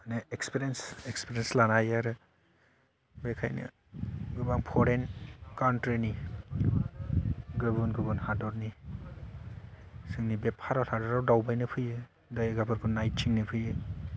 माने experience experience लानो हायो आरो बेखायनो गोबां फरेन खान्ट्रिनि गुबुन गुबुन हादरनि जोंनि बे भारत हादराव दावबायनो फैयो जायगाफोरखौ नायथिंनो फैयो